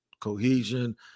Cohesion